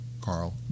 carl